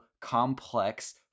complex